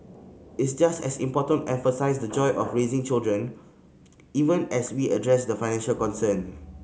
it's just as important emphasise the joy of raising children even as we address the financial concern